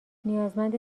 نیازمند